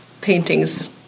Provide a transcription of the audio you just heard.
paintings